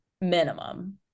minimum